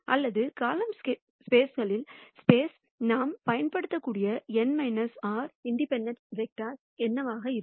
அல்லது காலம்கள்களின் ஸ்பேஸ் நாம் பயன்படுத்தக்கூடிய n r இண்டிபெண்டெண்ட் வெக்டர்ஸ் என்னவாக இருக்கும்